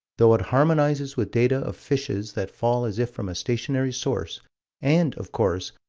though it harmonizes with data of fishes that fall as if from a stationary source and of course,